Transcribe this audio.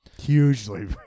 Hugely